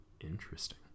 interesting